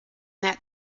that